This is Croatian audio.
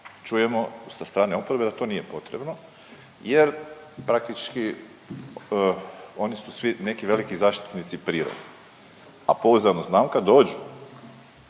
Čujemo sa strane oporbe da to nije potrebno jer praktički, oni su svi neki veliki zaštitnici prirode. A pouzdano znam, kad dođu